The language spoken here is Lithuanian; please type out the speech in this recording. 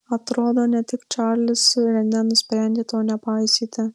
atrodo ne tik čarlis su rene nusprendė to nepaisyti